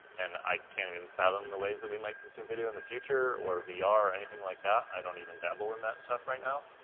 and i can't even fathom the ways that we might consume it in the future or vr ah or anything like that. i don't even dabble in that stuff right now.